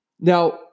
Now